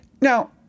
Now